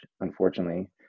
unfortunately